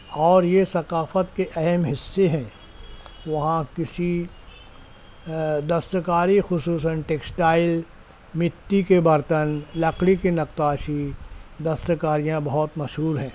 اور یہ ثکافت کے اہم حصے ہیں وہاں کسی دستکاری خصوصاً ٹیسکٹائل مٹی کے برتن لکڑی کے نقاشی دستکاریاں بہت مشہور ہیں